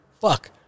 fuck